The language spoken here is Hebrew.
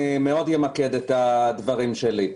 אמקד מאוד את דבריי.